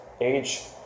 age